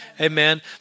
amen